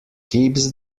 keeps